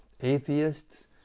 Atheists